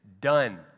done